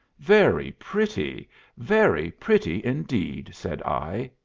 very pretty very pretty indeed, said i,